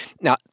Now